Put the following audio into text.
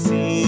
See